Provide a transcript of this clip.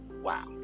Wow